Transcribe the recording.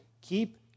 keep